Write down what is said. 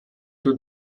tout